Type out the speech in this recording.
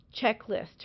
checklist